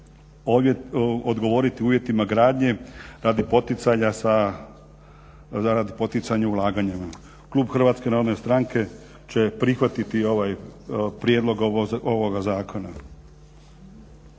odgovoriti uvjetima gradnje radi poticanja ulaganja. Klub HNS-a će prihvatiti prijedlog ovoga zakona.